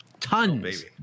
tons